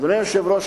אדוני היושב-ראש,